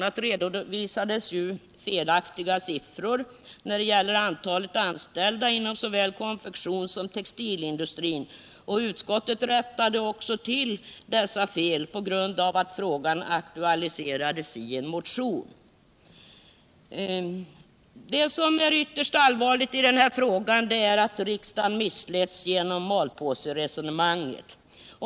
a. redovisades ju felaktiga siffror när det gällde antalet anställda inom såväl konfektionssom textilindustrin, och utskottet rättade också till dessa fel på grund av att frågan aktualiserades i en motion. Det som är ytterst allvatligt i denna fråga är att riksdagen missletts genom malpåseresonemanget.